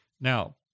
Now